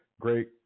great